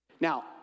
Now